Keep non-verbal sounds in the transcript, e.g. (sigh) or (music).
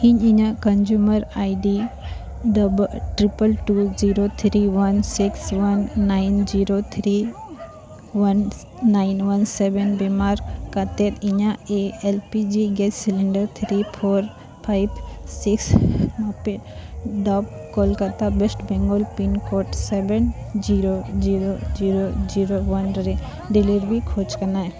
ᱤᱧ ᱤᱧᱟᱹᱜ (unintelligible) two zero three one six one nine zero three one nine one seven ᱵᱮᱵᱷᱟᱨ ᱠᱟᱛᱮᱫ ᱤᱧᱟᱹᱜ three four five six Maple drive Kolkata West Bengal seven zero zero zero zero one ᱨᱮ ᱠᱷᱚᱡᱽ ᱠᱟᱱᱟᱭ